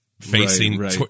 facing